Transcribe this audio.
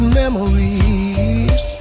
memories